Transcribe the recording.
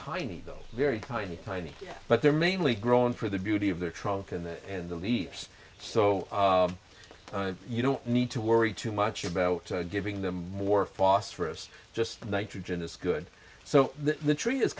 tiny though very tiny tiny but they're mainly grown for the beauty of the trunk and the and the leaves so you don't need to worry too much about giving them more phosphorus just nitrogen is good so that the tree is